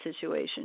situation